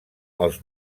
els